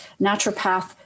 naturopath